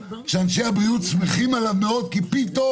השאלה גם כמה עוד חולים יהיו.